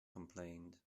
complained